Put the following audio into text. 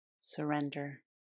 Surrender